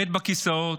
הבט בכיסאות,